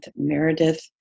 Meredith